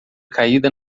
caída